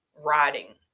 writing